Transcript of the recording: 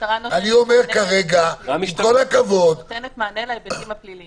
המשטרה נותנת מענה להיבטים הפליליים.